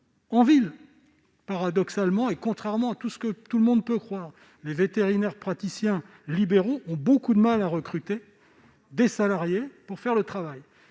en ville, paradoxalement, à l'inverse de ce que tout le monde croit. Les vétérinaires praticiens libéraux ont beaucoup de mal à recruter des salariés pour faire le travail.